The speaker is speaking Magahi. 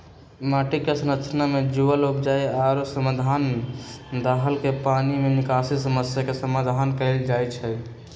माटी के संरक्षण से जुरल उपाय आ समाधान, दाहर के पानी के निकासी समस्या के समाधान कएल जाइछइ